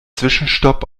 zwischenstopp